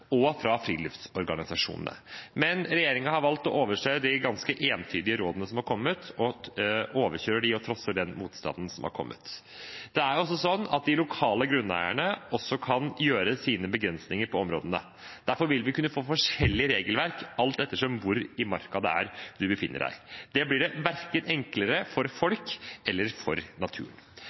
og fra friluftsorganisasjonene. Regjeringen har valgt å overse de ganske entydige rådene som har kommet, overkjører dem og trosser den motstanden som har kommet. Det er også sånn at de lokale grunneierne kan gjøre sine begrensninger på områdene. Derfor vil vi kunne få forskjellig regelverk alt etter hvor i Marka man befinner seg. Det blir ikke enklere verken for folk eller for naturen.